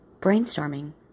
brainstorming